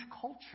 culture